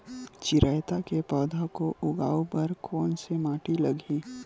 चिरैता के पौधा को उगाए बर कोन से माटी लगही?